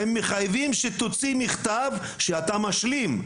הם מחייבים שתוציא מכתב שאתה משלים,